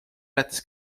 ületas